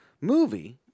movie